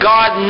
God